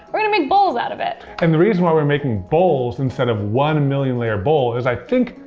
we're going to make bowls out of it! and the reason why we're making bowls, instead of a one million layer bowl is i think,